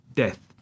death